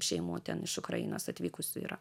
šeimų ten iš ukrainos atvykusių yra